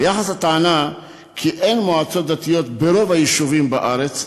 ביחס לטענה כי אין מועצות דתיות ברוב היישובים בארץ,